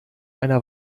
einer